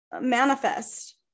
Manifest